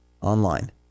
online